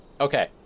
Okay